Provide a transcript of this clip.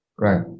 Right